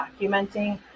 documenting